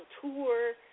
tour